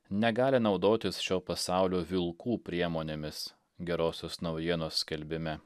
negali naudotis šio pasaulio vilkų priemonėmis gerosios naujienos skelbime